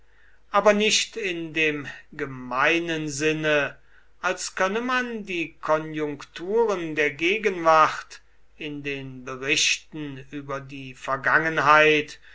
aber nicht in dem gemeinen sinne als könne man die konjunkturen der gegenwart in den berichten über die vergangenheit